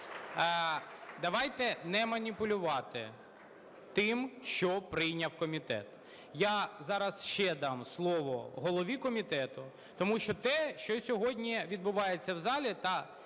давайте не маніпулювати тим, що прийняв комітет. Я зараз ще дам слово голові комітету, тому що те, що сьогодні відбувається в залі,